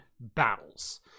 battles